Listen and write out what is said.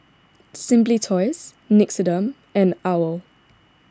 Simply Toys Nixoderm and Owl